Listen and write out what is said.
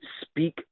speak